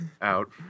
out